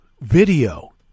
video